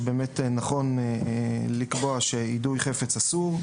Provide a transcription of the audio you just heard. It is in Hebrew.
שבאמת נכון לקבוע שיידוי חפץ אסור.